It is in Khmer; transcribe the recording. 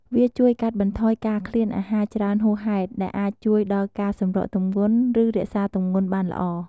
វាជួយកាត់បន្ថយការឃ្លានអាហារច្រើនហួសហេតុ ដែលអាចជួយដល់ការសម្រកទម្ងន់ ឬរក្សាទម្ងន់បានល្អ។